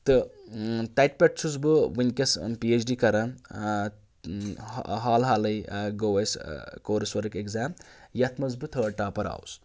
تہٕ تَتہِ پٮ۪ٹھ چھُس بہٕ وٕنکٮ۪س پی اٮ۪چ ڈی کَران حال حالٕے گوٚو اَسہِ کورس ؤرٕک اٮ۪کزام یَتھ منٛز بہٕ تھٲڑ ٹاپَر آوُس